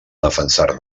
defensar